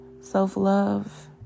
Self-love